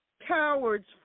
Cowards